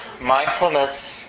Mindfulness